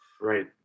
Right